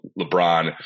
LeBron